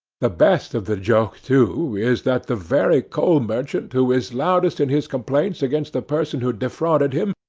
the best of the joke, too, is, that the very coal merchant who is loudest in his complaints against the person who defrauded him,